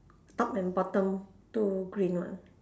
top and bottom two green one